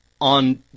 on